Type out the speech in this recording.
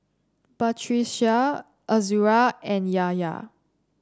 Batrisya Azura and Yahya